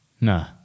No